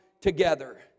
together